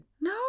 No